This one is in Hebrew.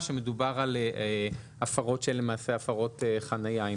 שמדובר על הפרות שלמעשה הן הפרות חניה,